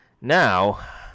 Now